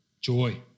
Joy